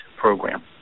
program